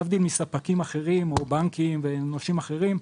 להבדיל מספקים אחרים, בנקים או נושים אחרים,